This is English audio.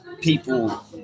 people –